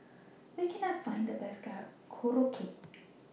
Where Can I Find The Best Korokke